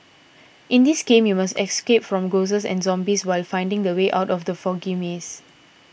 in this game you must escape from ghosts and zombies while finding the way out of the foggy maze